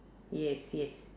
yes yes